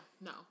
no